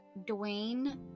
Dwayne